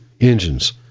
engines